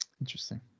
Interesting